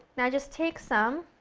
now i just take some,